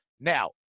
Now